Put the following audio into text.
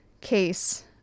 case